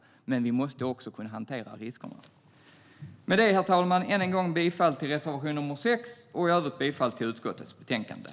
Men vi måste också kunna hantera riskerna. Med det, herr talman, yrkar jag än en gång bifall till reservation nr 6 och i övrigt bifall till utskottets förslag i betänkandet.